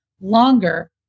longer